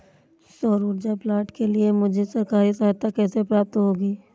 सौर ऊर्जा प्लांट के लिए मुझे सरकारी सहायता कैसे प्राप्त होगी?